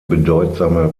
bedeutsame